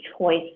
choice